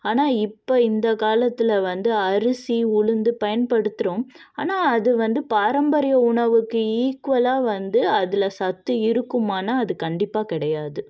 ஆனால் இப்போ இந்த காலத்தில் வந்து அரிசி உளுந்து பயன்படுத்துகிறோம் ஆனால் அது வந்து பாரம்பரிய உணவுக்கு ஈக்குவலாக வந்து அதில் சத்து இருக்குமானால் அது கண்டிப்பாக கிடையாது